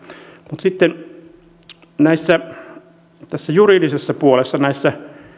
mutta sitten tässä juridisessa puolessa näissä